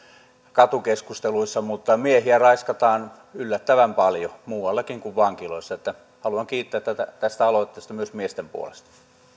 katukeskusteluissa miehiä raiskataan yllättävän paljon muuallakin kuin vankiloissa että haluan kiittää tästä aloitteesta myös miesten puolesta